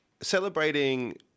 celebrating